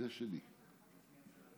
"זה משהו